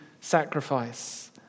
sacrifice